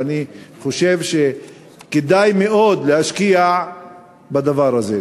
ואני חושב שכדאי מאוד להשקיע בדבר הזה.